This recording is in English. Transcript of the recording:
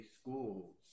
schools